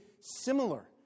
Similar